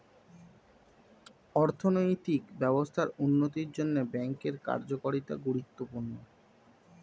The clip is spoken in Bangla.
অর্থনৈতিক ব্যবস্থার উন্নতির জন্যে ব্যাঙ্কের কার্যকারিতা গুরুত্বপূর্ণ